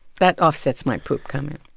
that offsets my poop comment